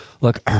Look